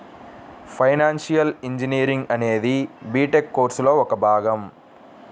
financial engineering అనేది BTech కోర్సులో ఒక భాగం